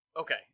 Okay